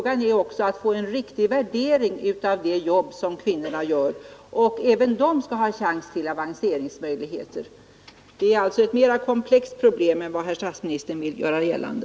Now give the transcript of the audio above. Det gäller också att få en riktig värdering av de jobb som kvinnorna gör. Även de skall ha avanceringsmöjligheter. Detta är alltså ett mera komplext problem än vad herr statsministern vill göra gällande.